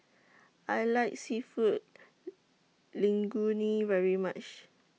I like Seafood Linguine very much